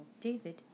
David